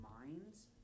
minds